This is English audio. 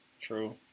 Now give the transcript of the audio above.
True